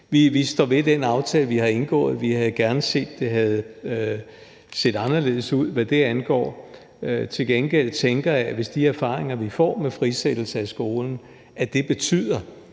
Vi står ved den aftale, vi har indgået. Vi havde gerne set, at det havde set anderledes ud, hvad det angår. Til gengæld tænker jeg, at hvis de erfaringer, vi får, med frisættelse af skolerne, betyder,